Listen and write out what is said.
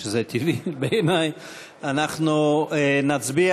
וזה טבעי בעיני, אנחנו נצביע.